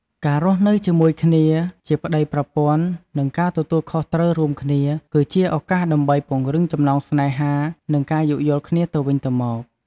ការរស់នៅជាមួយគ្នាជាប្ដីប្រពន្ធ និងការទទួលខុសត្រូវរួមគ្នា គឺជាឱកាសដើម្បី ពង្រឹងចំណងស្នេហា និង ការយោគយល់គ្នាទៅវិញទៅមក។